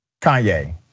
Kanye